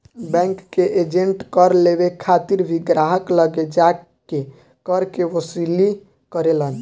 bank के agent कर लेवे खातिर भी ग्राहक लगे जा के कर के वसूली करेलन